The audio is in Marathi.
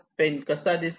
पेन कसा दिसतो